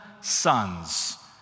sons